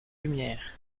lumières